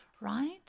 right